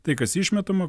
tai kas išmetama